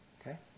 Okay